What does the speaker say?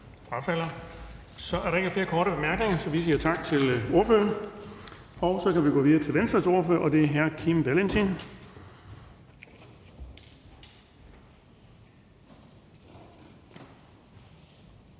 Så er der ikke flere korte bemærkninger. Vi siger tak til ordføreren. Så kan vi gå videre til Venstres ordfører, og det er hr. Kim Valentin.